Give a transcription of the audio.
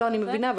אני מבינה,